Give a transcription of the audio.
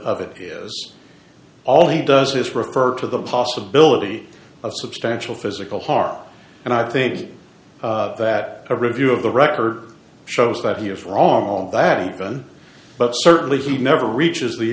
of it is all he does this refer to the possibility of substantial physical harm and i think that a review of the record shows that he is wrong on that than but certainly he never reaches the